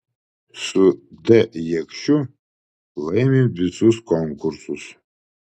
su d jakšiu laimim visus konkursus